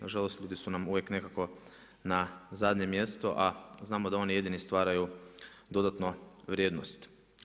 Na žalost ljudi su nam uvijek nekako na zadnjem mjestu, a znamo da oni jedini stvaraju dodatnu vrijednost.